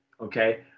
okay